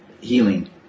healing